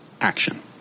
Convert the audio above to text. action